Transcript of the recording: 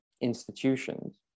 institutions